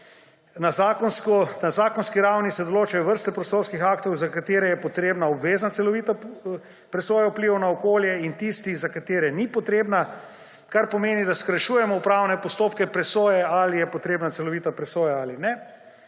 Na zakonski ravni se določajo vrste prostorskih aktov, za katere je potrebna obvezna celovita presoja vplivov na okolje, in tiste, za katere ni potrebna, kar pomeni, da skrajšujemo upravne postopke presoje, ali je potrebna celovita presoja ali ne.